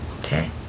Okay